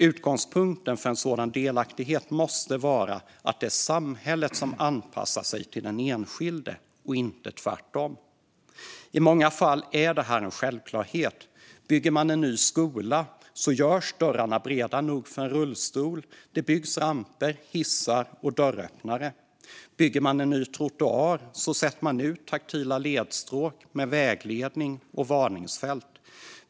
Utgångspunkten för en sådan delaktighet måste vara att det är samhället som anpassar sig till den enskilde och inte tvärtom. I många fall är detta en självklarhet. Bygger man en ny skola görs dörrarna breda nog för en rullstol, och det byggs ramper, hissar och dörröppnare. Bygger man en ny trottoar sätter man ut taktila ledstråk med vägledning och varningsfält.